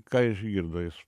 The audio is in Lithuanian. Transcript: ką išgirdo jis